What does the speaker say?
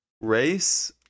Race